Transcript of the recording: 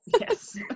Yes